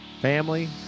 family